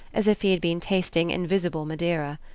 as if he had been tasting invisible madeira.